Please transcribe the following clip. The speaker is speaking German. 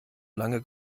lange